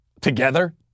together